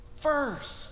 first